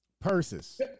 purses